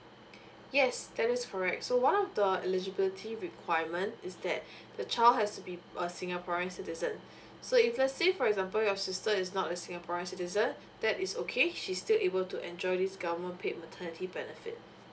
yes that is correct so one of the eligibility requirement is that the child has to be a singaporean citizen so if let's say for example your sister is not a singaporean citizen that is okay she's still able to enjoy this government paid maternity benefit